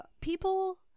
People